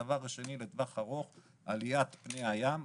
הדבר השני, לטווח הרחוק, עליית פני הים.